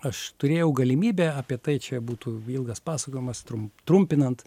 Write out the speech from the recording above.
aš turėjau galimybę apie tai čia būtų ilgas pasakojimas trum trumpinant